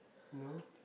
no